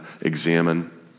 examine